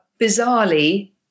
Bizarrely